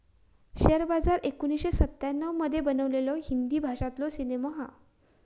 share बाजार एकोणीसशे सत्त्याण्णव मध्ये बनलेलो हिंदी भाषेतलो सिनेमा हा